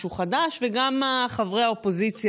חבר הכנסת מנסור עבאס.